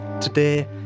Today